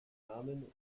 namen